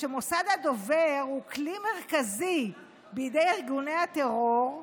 שמוסד הדובר הוא כלי מרכזי בידי ארגוני הטרור,